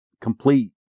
complete